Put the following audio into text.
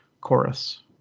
chorus